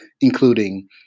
including